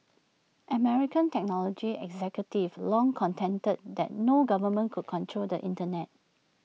American technology executives long contended that no government could control the Internet